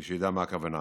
למי שיודע מה הכוונה.